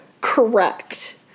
Correct